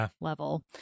level